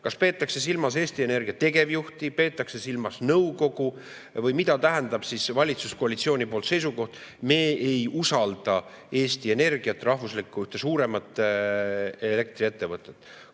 Kas peetakse silmas Eesti Energia tegevjuhti? Kas peetakse silmas nõukogu? Või mida tähendab valitsuskoalitsiooni seisukoht "Me ei usalda Eesti Energiat, rahvuslikku ja suuremat elektriettevõtet"?